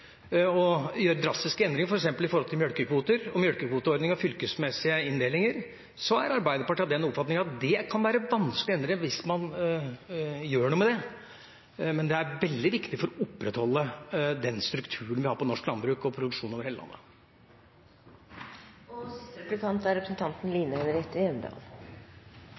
å gjøre drastiske endringer, f.eks. når det gjelder melkekvoter, melkekvoteordningen og fylkesmessige inndelinger, er Arbeiderpartiet av den oppfatning at de endringene kan være vanskelig å endre hvis man gjør dem, men det er veldig viktig for å opprettholde den strukturen vi har på norsk landbruk og produksjonen over hele landet. Representanten Storberget sa i sitt innlegg at forhandlingsinstituttet er til gagn for samfunnet som helhet og matprodusentene. Representanten